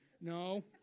No